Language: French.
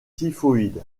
typhoïde